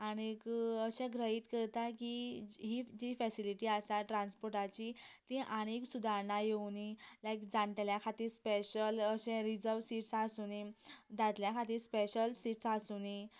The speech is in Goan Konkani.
आनीक अशें गृहीत करता की ही जी फेसीलीटी आसा ट्रान्सपोर्टाची ती आनीक सुदारणा येवनी लायक जाणटेल्यां खातीर स्पेशल अशें रिजर्व्स सीट आसूंदी दादल्यां खातीर स्पेशल सीट्स आसूनी